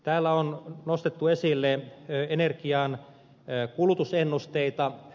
täällä on nostettu esille energian kulutusennusteita